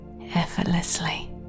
effortlessly